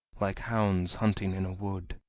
like hounds hunting in a wood.